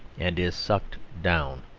and is sucked down.